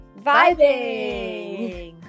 vibing